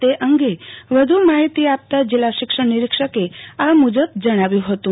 તે અંગે વધુ માહિતી આપતા જિલ્લા શિક્ષણ નિરીક્ષક આ મુજબ જણાવ્યું હતું